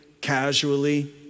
casually